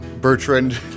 Bertrand